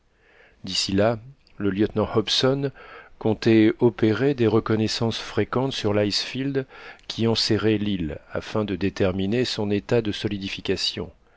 d'ici là le lieutenant hobson comptait opérer des reconnaissances fréquentes sur l'icefield qui enserrait l'île afin de déterminer son état de solidification